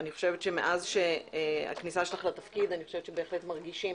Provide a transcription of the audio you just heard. אני חושבת שאז כניסתך לתפקיד בהחלט מרגישים